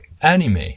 anime